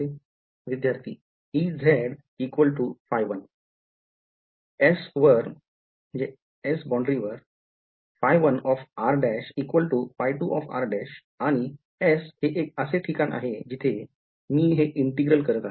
विधार्थी Ez 1 S वर 1 r′ 2 r′ आणि एस हे एक असे ठिकाण आहे जिथे मी हे integral करत आहे